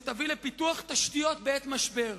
שתביא לפיתוח תשתיות בעת משבר.